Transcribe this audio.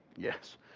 Yes